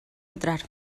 entrar